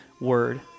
Word